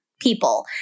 people